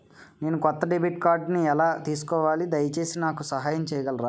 నేను కొత్త డెబిట్ కార్డ్ని ఎలా తీసుకోవాలి, దయచేసి నాకు సహాయం చేయగలరా?